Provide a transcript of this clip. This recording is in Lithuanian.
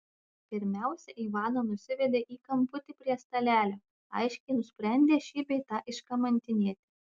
pirmiausia ivaną nusivedė į kamputį prie stalelio aiškiai nusprendę šį bei tą iškamantinėti